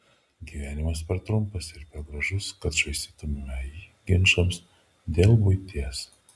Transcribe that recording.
gyvenimas per trumpas ir per gražus kad švaistytumėme jį ginčams dėl buities